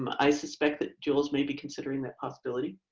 um i suspect that jules may be considering that possibility.